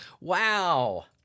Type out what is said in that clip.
Wow